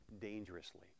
dangerously